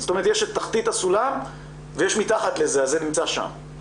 יש את תחתית הסולם ויש מתחת לזה, אז זה נמצא שם.